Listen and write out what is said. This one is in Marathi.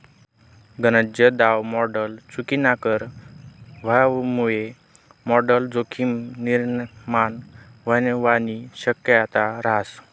गनज दाव मॉडल चुकीनाकर व्हवामुये मॉडल जोखीम निर्माण व्हवानी शक्यता रहास